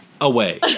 away